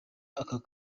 ako